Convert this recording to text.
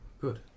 Good